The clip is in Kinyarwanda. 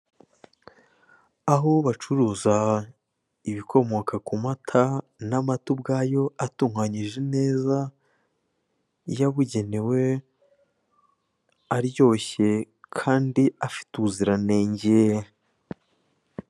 Aho bacuruza ibikomoka ku mata n'amata ubwayo atunganyije neza, yabugenewe, aryoshye kandi afite ubuziranenge.